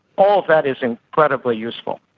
all of that is incredibly useful.